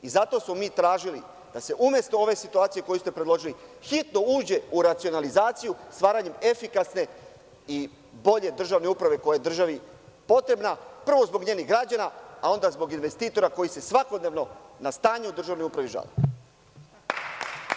I zato smo mi tražili da se umesto ove situacije kuju ste predložili hitno uđe u racionalizaciju stvaranjem efikasne i bolje državne uprave koja je državi potrebna, prvo zbog njenih građana a onda zbog investitora koji se svakodnevno na stanje u državnoj upravi žale.